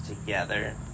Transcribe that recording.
together